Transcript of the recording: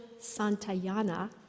Santayana